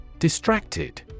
Distracted